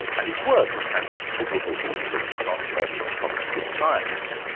and his work has had considerable influence on modern cognitive science.